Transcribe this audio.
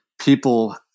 people